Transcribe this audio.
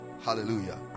Hallelujah